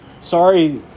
Sorry